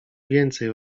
więcej